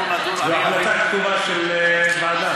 אנחנו נדון, זאת החלטה כתובה של הוועדה.